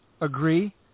agree